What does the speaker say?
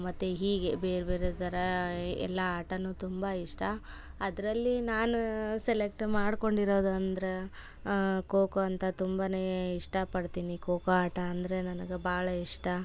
ಮತ್ತು ಹೀಗೆ ಬೇರೆ ಬೇರೆ ಥರ ಎಲ್ಲ ಆಟನೂ ತುಂಬ ಇಷ್ಟ ಅದರಲ್ಲಿ ನಾನು ಸೆಲೆಕ್ಟ್ ಮಾಡ್ಕೊಂಡಿರೋದಂದರೆ ಖೋ ಖೋ ಅಂತ ತುಂಬಾ ಇಷ್ಟಪಡ್ತೀನಿ ಖೋ ಖೋ ಆಟ ಅಂದರೆ ನನ್ಗೆ ಭಾಳ ಇಷ್ಟ